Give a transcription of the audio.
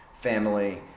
family